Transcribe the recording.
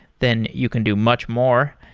then you can do much more.